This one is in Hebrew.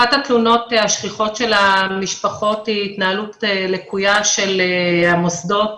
אחת התלונות השכיחות של המשפחות היא התנהלות לקויה של המוסדות,